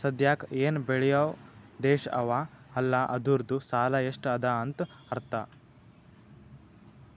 ಸದ್ಯಾಕ್ ಎನ್ ಬೇಳ್ಯವ್ ದೇಶ್ ಅವಾ ಅಲ್ಲ ಅದೂರ್ದು ಸಾಲಾ ಎಷ್ಟ ಅದಾ ಅಂತ್ ಅರ್ಥಾ